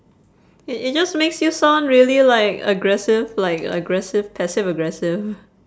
i~ it's just make you sound really like aggressive like aggressive passive aggressive